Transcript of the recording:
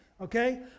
okay